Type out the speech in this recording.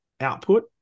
output